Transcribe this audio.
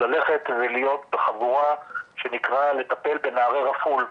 ללכת ולהיות בחבורה שנקראה לטפל בנערי רפול.